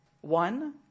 One